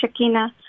Shakina